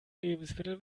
lebensmittel